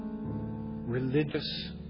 religious